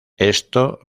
esto